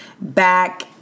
back